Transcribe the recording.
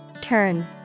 Turn